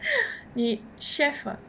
你 chef [what]